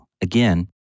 Again